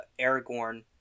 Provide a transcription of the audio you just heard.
Aragorn